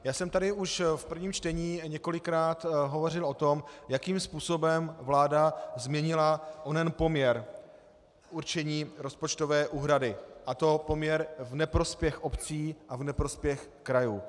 Už jsem tady v prvním čtení několikrát hovořil o tom, jakým způsobem vláda změnila onen poměr v určení rozpočtové úhrady, a to poměr v neprospěch obcí a v neprospěch krajů.